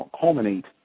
culminate